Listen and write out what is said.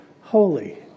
holy